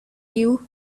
you